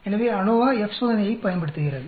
எனவே ANOVA F சோதனையைப் பயன்படுத்துகிறது